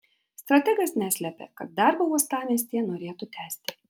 strategas neslėpė kad darbą uostamiestyje norėtų tęsti